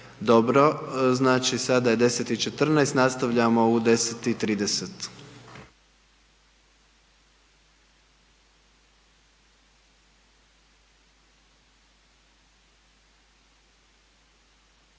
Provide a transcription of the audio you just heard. Dobro sad je 10,14, nastavljamo u 10,30